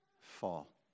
fall